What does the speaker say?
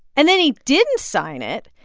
and then he didn't sign it,